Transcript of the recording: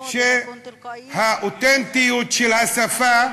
שהאותנטיות של השפה,